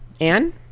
Anne